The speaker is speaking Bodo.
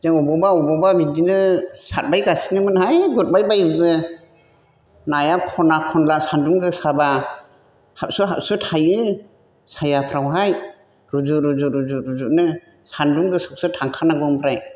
जों अबावबा अबावबा बिदिनो सारबाय गासनोमोनहाय गुथबाय बायोबो नाया खना खनला सान्दुं गोसाब्ला हाबसो हाबसो थायो सायाफ्रावहाय रुजु रुजु रुजुनो सानदुं गोसायावसो थांखानांगौ ओमफ्राय